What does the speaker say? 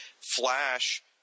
Flash